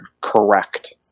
correct